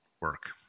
work